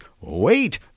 Wait